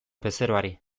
bezeroari